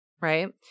right